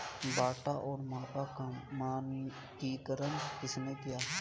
बाट और माप का मानकीकरण किसने किया?